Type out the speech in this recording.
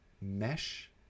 mesh